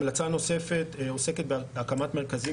המלצה נוספת עוסקת בהקמת מרכזים